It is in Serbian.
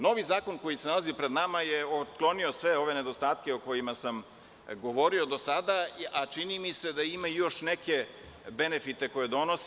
Novi zakon koji se nalazi pred nama je otklonio sve ove nedostatke o kojima sam govorio do sada, a čini mi se da ima još neke benefite koje donosi.